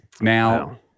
Now-